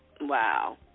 Wow